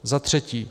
Za třetí.